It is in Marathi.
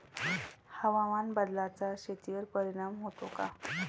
हवामान बदलाचा शेतीवर परिणाम होतो का?